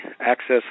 Access